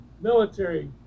military